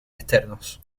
externos